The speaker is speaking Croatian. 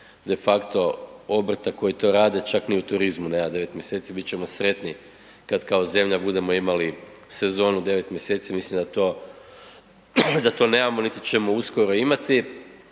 de facto obrta koji to rade, čak ni u turizmu nema 9 mjeseci. Bit ćemo sretni kad kao zemlja budemo imali sezonu 9 mjeseci, mislim da to nemamo niti ćemo uskoro imati,